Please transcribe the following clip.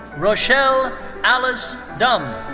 rochelle alyce dumm.